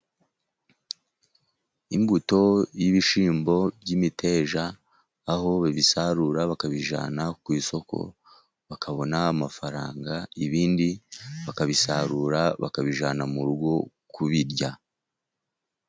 Imbuto y'ibishyimbo by'imiteja, aho babisarura bakabijyana ku isoko, bakabona amafaranga, ibindi bakabisarura bakabijyana mu rugo kubirya.